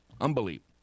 Unbelievable